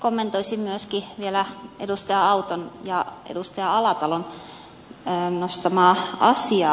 kommentoisin myöskin vielä edustaja auton ja edustaja alatalon nostamaa asiaa